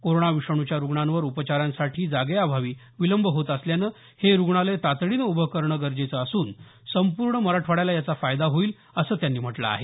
corona विषाणूच्या रुग्णांवर उपचारांसाठी जागेअभावी विलंब होत असल्यानं हे रुग्णालय तातडीनं उभं करणं गरजेचं असून संपूर्ण मराठवाड्याला याचा फायदा होईल असं त्यांनी म्हटलं आहे